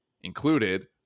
included